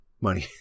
money